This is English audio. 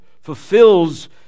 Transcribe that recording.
fulfills